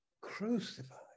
crucified